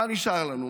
מה נשאר לנו?